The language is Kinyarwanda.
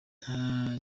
nta